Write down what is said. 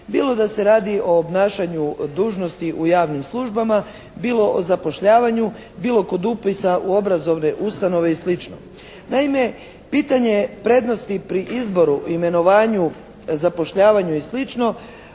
bilo da se radi o obnašanju dužnosti u javnim službama, bilo o zapošljavanju, bilo kod upisa u obrazovne ustanove i slično. Naime, pitanje prednosti pri izboru, imenovanju, zapošljavanju i